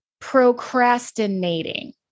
procrastinating